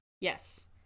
Yes